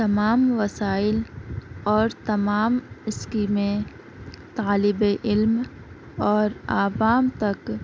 تمام وسائل اور تمام اسکیمیں طالب علم اور عوام تک